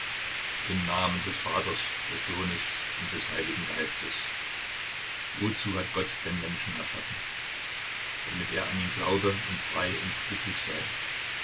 im namen des vaters des sohnes und des heiligen geistes wozu hat gott den menschen erschaffen damit er an ihn glaube und frei und glücklich sei